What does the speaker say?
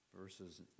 Verses